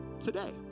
Today